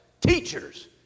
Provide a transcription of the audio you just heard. teachers